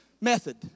method